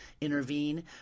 intervene